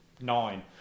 nine